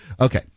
Okay